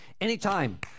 Anytime